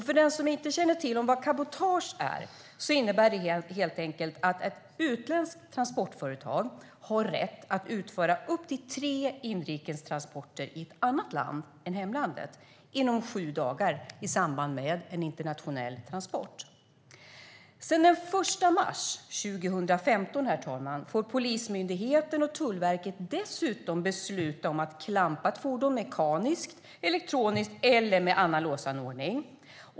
För den som inte känner till vad cabotage är: Det innebär helt enkelt att ett utländskt transportföretag har rätt att utföra upp till tre inrikes transporter i ett annat land än hemlandet inom sju dagar i samband med en internationell transport. Sedan den 1 mars 2015 får Polismyndigheten och Tullverket dessutom besluta om att klampa ett fordon mekaniskt, elektroniskt eller med annan låsanordning.